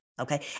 Okay